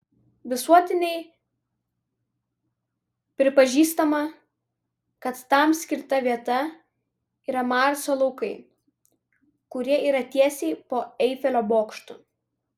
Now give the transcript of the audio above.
visuotinai pripažįstama kad tam skirta vieta yra marso laukai kurie yra tiesiai po eifelio bokštu